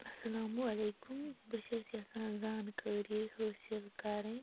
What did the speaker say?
اَلسَلامُ علیکُم بہٕ چھیٚس یَژھان زانکٲری حٲصِل کَرٕنۍ